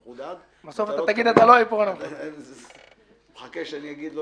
ולנהוג בהם על דרך זו." אנחנו לא מדברים על